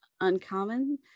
uncommon